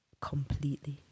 completely